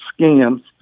scams